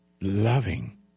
loving